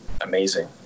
amazing